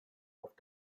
auf